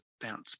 bounce